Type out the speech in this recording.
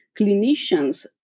clinicians